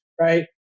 Right